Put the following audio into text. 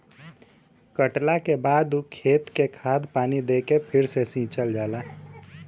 कटला के बाद ऊ खेत के खाद पानी दे के फ़िर से सिंचल जाला